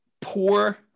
Poor